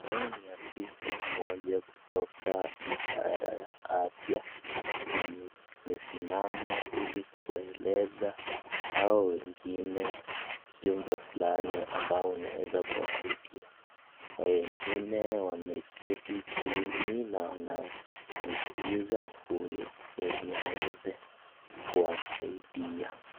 Huyu ni afisa mmoja kutoka idara ya afya amesimama ili kuwaeleza hao wengine ujumbe fulani ambao unaweza kuwasaidia wengine wameketi chini na wanamskiza huyu ili aweze kuwasaidia.